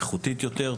איכותית יותר,